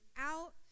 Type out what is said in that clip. out